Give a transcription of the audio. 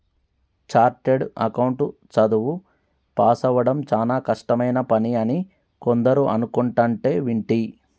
chartered account చదువు పాసవ్వడం చానా కష్టమైన పని అని కొందరు అనుకుంటంటే వింటి